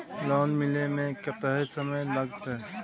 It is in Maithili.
लोन मिले में कत्ते समय लागते?